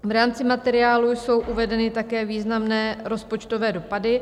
V rámci materiálu jsou uvedeny také významné rozpočtové dopady.